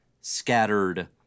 scattered